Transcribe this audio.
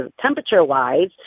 temperature-wise